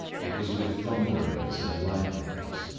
it was with thunderings and lightnings,